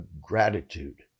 gratitude